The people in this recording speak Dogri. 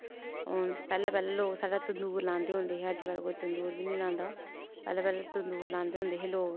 पैह्लै पैह्लै लोक साढ़ै तंदूर लांदे होंदे हे अज्ज कल कोई तंदूर बी नि लांदा पैह्ले पैह्लै तंदूर लांदे होंदे हे लोक